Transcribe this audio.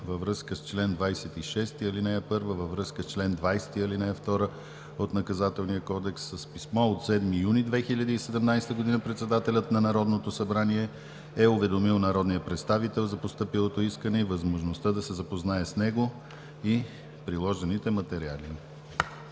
във връзка с чл. 26, ал. 1, във връзка с чл. 20, ал. 2 от Наказателния кодекс. С писмо от 7 юни 2017 г. председателят на Народното събрание е уведомил народния представител за постъпилото искане и възможността да се запознае с него и приложените материали.